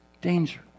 danger